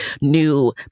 new